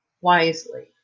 wisely